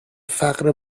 فقر